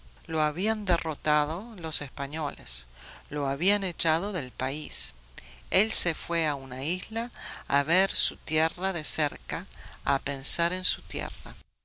lo habían derrotado los españoles lo habían echado del país el se fue a una isla a ver su tierra de cerca a pensar en su tierra